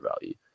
value